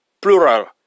plural